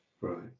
Right